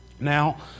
now